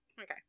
Okay